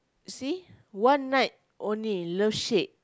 see one night only love shack